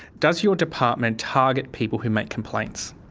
does your department target people who make complaints?